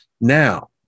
Now